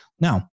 Now